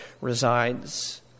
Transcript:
resides